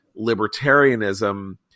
libertarianism